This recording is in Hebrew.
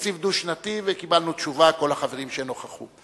תקציב דו-שנתי, וקיבלנו תשובה, כל החברים שנכחו.